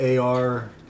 AR